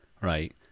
right